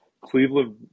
Cleveland